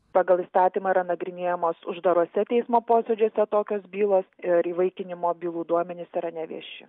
pagal įstatymą yra nagrinėjamos uždaruose teismo posėdžiuose tokios bylos ir įvaikinimo bylų duomenys yra nevieši